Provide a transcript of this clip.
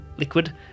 liquid